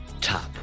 top